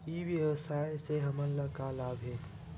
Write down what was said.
ई व्यवसाय से हमन ला का लाभ हे?